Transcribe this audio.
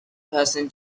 person